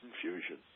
confusion